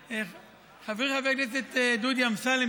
חברי חבר הכנסת דודי אמסלם,